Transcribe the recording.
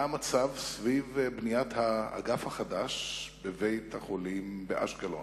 מה המצב סביב בניית האגף החדש בבית-החולים באשקלון?